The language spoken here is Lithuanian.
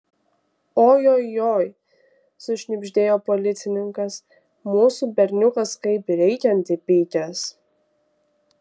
ojojoi sušnibždėjo policininkas mūsų berniukas kaip reikiant įpykęs